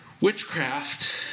Witchcraft